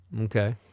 okay